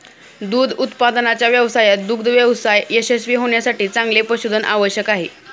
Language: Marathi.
दूध उत्पादनाच्या व्यवसायात दुग्ध व्यवसाय यशस्वी होण्यासाठी चांगले पशुधन आवश्यक आहे